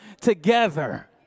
together